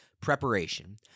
Preparation